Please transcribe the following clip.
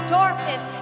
darkness